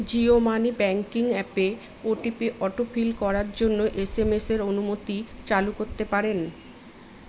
Jio money banking অ্যাপে OTP auto fill করার জন্য এস এম এসের অনুমতি চালু করতে পারেন